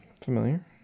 Familiar